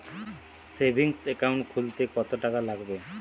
Savings account খুলতে কতটাকা লাগবে?